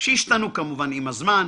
שהשתנו עם הזמן,